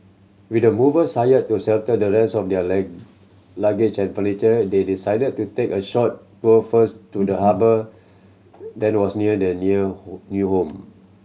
with the movers hired to settle the rest of their luggage and furniture they decided to take a short tour first to the harbour that was near their new new home